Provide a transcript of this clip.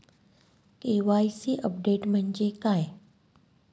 KYC update म्हणजे काय?